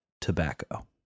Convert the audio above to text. tobacco